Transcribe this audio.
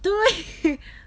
对